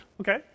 Okay